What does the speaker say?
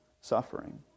suffering